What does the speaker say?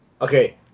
Okay